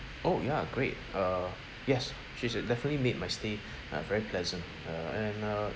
oh ya great uh yes she's definitely made my stay uh very pleasant uh and uh